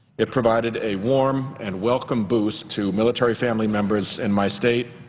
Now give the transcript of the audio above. it provided a warm and welcome boost to military family members in my state,